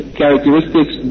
characteristics